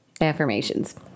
Affirmations